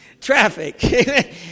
traffic